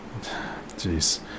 jeez